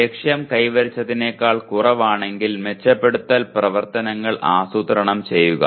ലക്ഷ്യം കൈവരിച്ചതിനേക്കാൾ കുറവാണെങ്കിൽ മെച്ചപ്പെടുത്തൽ പ്രവർത്തനങ്ങൾ ആസൂത്രണം ചെയ്യുക